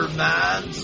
man